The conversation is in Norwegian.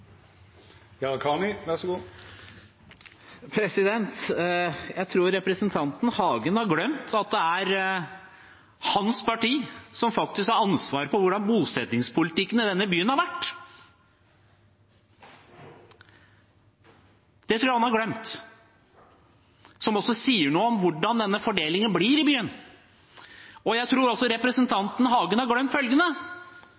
hans parti som faktisk har ansvaret for hvordan bosettingspolitikken i denne byen har vært – det tror jeg han har glemt. Det sier også noe om hvordan denne fordelingen blir i byen. Jeg tror også